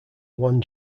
one